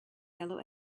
yellow